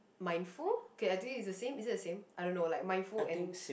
mindful okay I think it is the same is it the same I don't know like mindful and